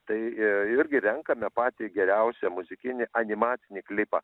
tai irgi renkame patį geriausią muzikinį animacinį klipą